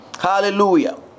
Hallelujah